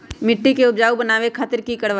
मिट्टी के उपजाऊ बनावे खातिर की करवाई?